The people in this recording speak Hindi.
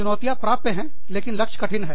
चुनौतियाँ प्राप्य है लेकिन लक्ष्य कठिन है